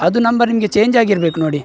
ಅದು ನಂಬರ್ ನಿಮಗೆ ಚೇಂಜ್ ಆಗಿರಬೇಕು ನೋಡಿ